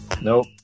Nope